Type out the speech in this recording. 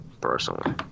personally